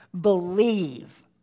believe